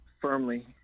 firmly